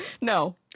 No